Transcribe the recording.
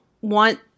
want